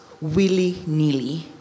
willy-nilly